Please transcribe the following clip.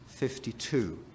52